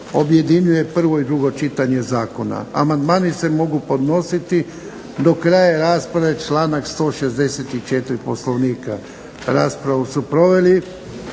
objedinjuje prvo i drugo čitanje zakona. Amandmani se mogu podnositi do kraja rasprave, članak 164. Poslovnika. Raspravu su proveli